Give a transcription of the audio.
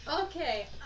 Okay